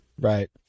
right